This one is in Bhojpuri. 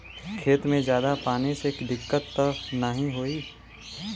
खेत में ज्यादा पानी से दिक्कत त नाही होई?